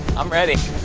i'm ready.